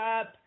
up